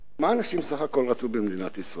מה אנשים בסך הכול רצו במדינת ישראל?